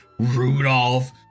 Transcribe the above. Rudolph